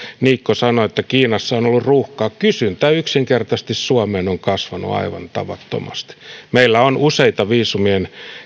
niikko sanoi että kiinassa on ollut ruuhkaa kysyntä suomeen on yksinkertaisesti kasvanut aivan tavattomasti meillä on useita viisumien